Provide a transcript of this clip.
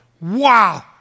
Wow